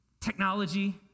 technology